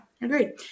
agreed